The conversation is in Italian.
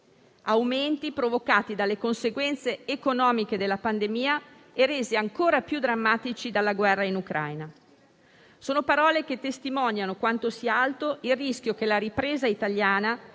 aumenti provocati dalle conseguenze economiche della pandemia e resi ancora più drammatici dalla guerra in Ucraina. Sono parole che testimoniano quanto sia alto il rischio che la ripresa italiana,